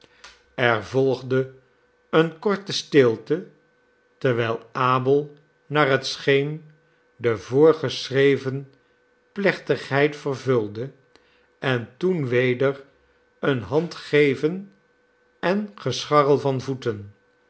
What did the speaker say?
er volgde eene korte stilte terwijl abel naar het scheen de voorgeschrevene plechtigheid vervulde en toen weder een handgeven en gescharrel van voeten